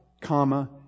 comma